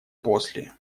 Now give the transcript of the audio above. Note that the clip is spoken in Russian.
после